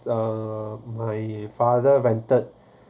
uh my father rented